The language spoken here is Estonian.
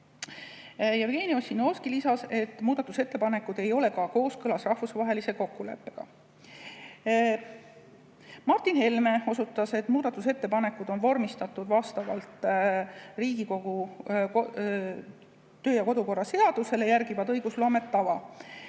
Jevgeni Ossinovski lisas, et muudatusettepanekud ei ole ka kooskõlas rahvusvahelise kokkuleppega. Martin Helme osutas, et muudatusettepanekud on vormistatud vastavalt Riigikogu kodu‑ ja töökorra seadusele ja järgivad [hea] õigusloome tava.